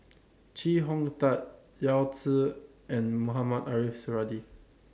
Chee Hong Tat Yao Zi and Mohamed Ariff Suradi